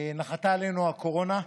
נחתה עלינו הקורונה,